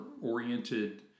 oriented